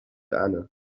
honor